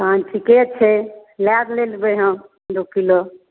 तहन ठीके छै लऽ लेबे हम दू किलो